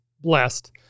blessed